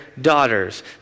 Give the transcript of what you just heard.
daughters